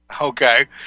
Okay